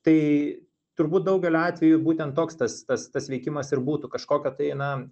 tai turbūt daugeliu atvejų būtent toks tas tas tas veikimas ir būtų kažkokio tai na